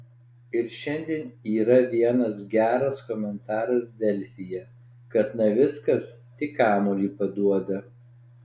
ir šiandien yra vienas geras komentaras delfyje kad navickas tik kamuolį paduoda